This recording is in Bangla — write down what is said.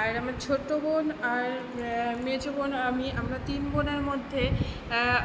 আর আমার ছোটোবোন আর মেজো বোন আর আমি আমরা তিন বোনের মধ্যে